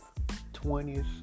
20s